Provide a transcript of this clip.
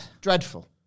Dreadful